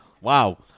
wow